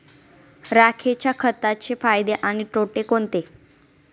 राखेच्या खताचे फायदे आणि तोटे कोणते?